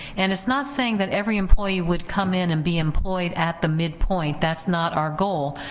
and it's not saying that every employee would come in and be employed at the midpoint. that's not our goal,